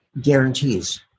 guarantees